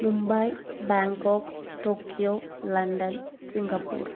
Mumbai Bangkok Tokyo London Singapore